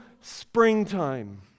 springtime